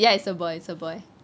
ya it's a boy it's a boy